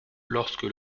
lorsque